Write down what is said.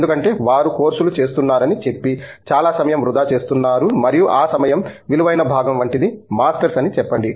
ఎందుకంటే వారు కోర్సులు చేస్తున్నారని చెప్పి చాలా సమయం వృధా చేస్తున్నారు మరియు ఆ సమయం విలువైన భాగం వంటిది మాస్టర్స్ అని చెప్పండి